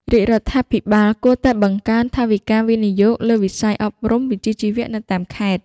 រាជរដ្ឋាភិបាលគួរតែបង្កើនថវិកាវិនិយោគលើវិស័យអប់រំវិជ្ជាជីវៈនៅតាមខេត្ត។